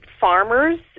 farmers